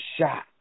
shot